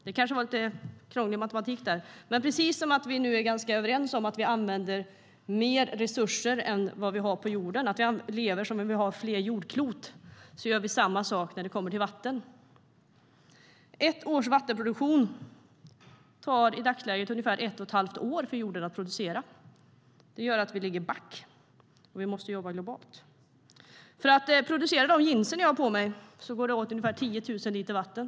Det kanske var lite krånglig matematik där, men precis som att vi nu är ganska överens om att vi använder mer resurser än vi har på jorden - att vi lever som om vi hade fler jordklot - gör vi samma sak när det kommer till vatten. Ett års vattenkonsumtion tar i dagsläget ungefär ett och ett halvt år för jorden att producera. Det gör att vi ligger back, och vi måste jobba globalt. För att producera de jeans jag har på mig går det åt ungefär 10 000 liter vatten.